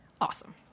awesome